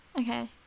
okay